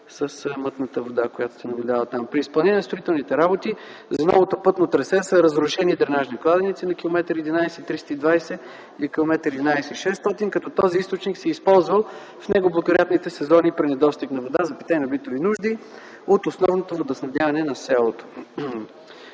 е мътната вода, за която Вие казвате. „При изпълнение на строителните работи за новото пътно трасе са разрушени дренажните кладенци на километър 11+320 и при километър 11+600, като този източник се е използвал в неблагоприятните сезони при недостиг на вода за питейно-битови нужди от основното водоснабдяване на селото,